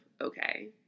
Okay